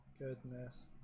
goodness